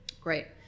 great